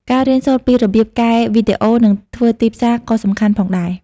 ការរៀនសូត្រពីរបៀបកែវីដេអូនិងធ្វើទីផ្សារក៏សំខាន់ផងដែរ។